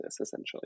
Essentially